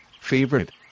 favorite